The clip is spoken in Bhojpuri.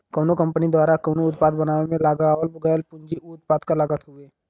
कउनो कंपनी द्वारा कउनो उत्पाद बनावे में लगावल गयल पूंजी उ उत्पाद क लागत हउवे